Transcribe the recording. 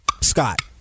scott